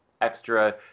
extra